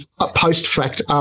post-fact